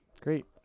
Great